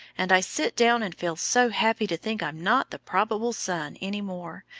and i sit down and feel so happy to think i'm not the probable son any more,